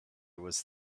was